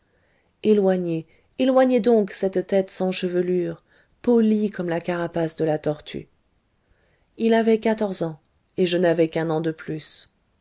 éloignez éloignez donc cette tête sans chevelure polie comme la carapace de la tortue il avait quatorze ans et je n'avais qu'un an de plus